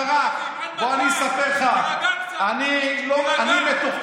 אתה, של המזרחים, חרדים, עד מתי?